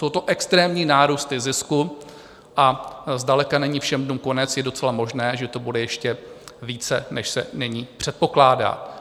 Jsou to extrémní nárůsty zisku a zdaleka není všem dnům konec, je docela možné, že to bude ještě více, než se nyní předpokládá.